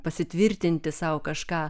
pasitvirtinti sau kažką